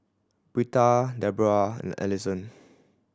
Britta Deborrah and Alison